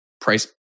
price